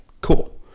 Cool